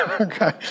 Okay